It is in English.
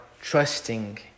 trusting